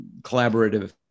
collaborative